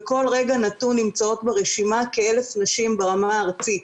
שבכל רגע נתון נמצאות ברשימה כ-1,000 נשים ברמה הארצית.